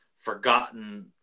forgotten